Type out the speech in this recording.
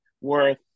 worth